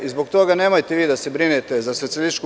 Zbog toga nemojte vi da se brinete za SPS.